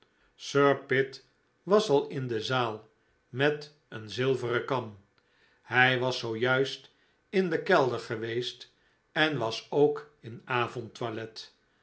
sir pitt was al in de zaal met een zilveren kan hij was zoo juist in den kelder geweest en was ook in avondtoilet